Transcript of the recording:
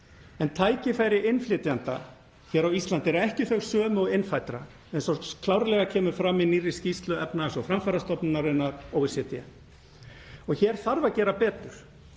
en tækifæri innflytjenda hér á Íslandi eru ekki þau sömu og innfæddra eins og klárlega kemur fram í nýrri skýrslu Efnahags og framfarastofnunarinnar, OECD. Hér þarf að gera betur.